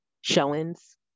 showings